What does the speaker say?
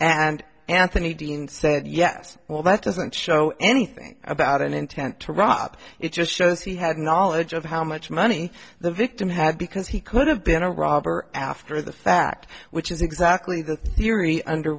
and anthony dean said yes well that doesn't show anything about an intent to rob it just shows he had knowledge of how much money the victim had because he could have been a robber after the fact which is exactly the theory under